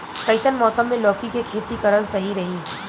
कइसन मौसम मे लौकी के खेती करल सही रही?